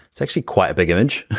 it's actually quite a big image,